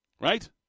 right